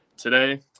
today